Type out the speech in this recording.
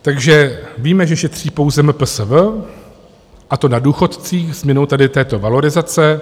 Takže víme, že šetří pouze MPSV a to na důchodcích změnou tady této valorizace.